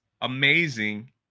amazing